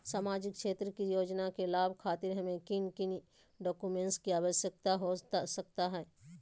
सामाजिक क्षेत्र की योजनाओं के लाभ खातिर हमें किन किन डॉक्यूमेंट की आवश्यकता हो सकता है?